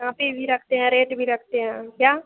copy भी रखते हैं रेट भी रखते हैं हम क्या